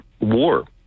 war